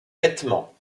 vêtements